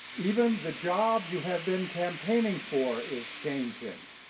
even the job you have been campaigning for is changing.